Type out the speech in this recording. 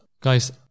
Guys